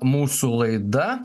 mūsų laida